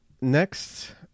next